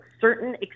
certain